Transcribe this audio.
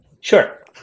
Sure